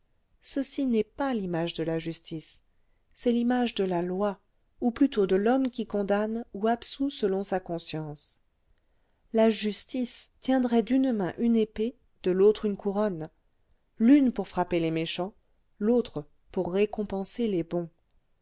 ceci n'est pas l'image de la justice c'est l'image de la loi ou plutôt de l'homme qui condamne ou absout selon sa conscience la justice tiendrait d'une main une épée de l'autre une couronne l'une pour frapper les méchants l'autre pour récompenser les bons